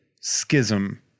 schism